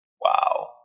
Wow